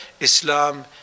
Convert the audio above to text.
Islam